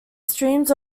streams